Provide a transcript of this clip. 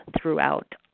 throughout